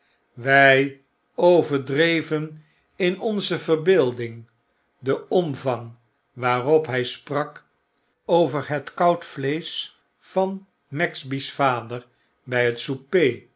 wij overdreven in onze verbeelding den omvang waarop hy sprak over het koud vleesch van maxby's vader by het